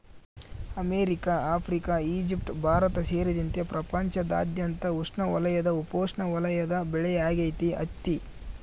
America Africa Egypt Bharat ಸೇರಿದಂತೆ ಪ್ರಪಂಚದಾದ್ಯಂತ ಉಷ್ಣವಲಯದ ಉಪೋಷ್ಣವಲಯದ ಬೆಳೆಯಾಗೈತಿ ಹತ್ತಿ